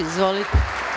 Izvolite.